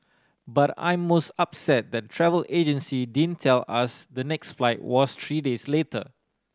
but I'm most upset that the travel agency didn't tell us the next flight was three days later